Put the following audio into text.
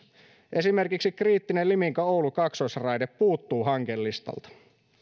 esimerkiksi kriittinen liminka oulu kaksoisraide puuttuu hankelistalta